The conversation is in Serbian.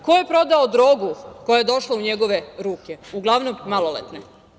Ko je prodao drogu koja je došla u njegove ruke, uglavnom maloletne?